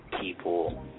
people